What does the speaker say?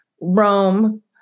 Rome